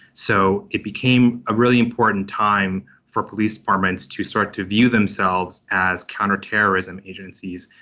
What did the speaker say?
so it became a really important time for police departments to start to view themselves as counterterrorism agencies.